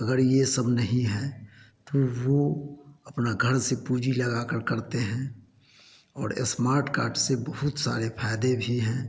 अगर ये सब नहीं है तो वो अपना घर से पूँजी लगाकर करते हैं और स्मार्ट कार्ड से बहुत सारे फायदे भी हैं